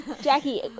jackie